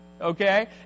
okay